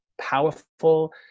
powerful